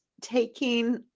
taking